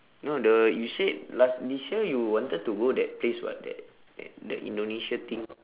no the you said last this year you wanted to go that place [what] that that the indonesia thing